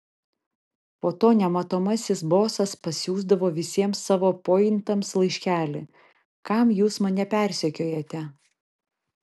po to nematomasis bosas pasiųsdavo visiems savo pointams laiškelį kam jūs mane persekiojate